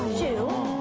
to